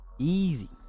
Easy